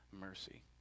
mercy